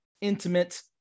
intimate